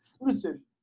listen